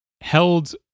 held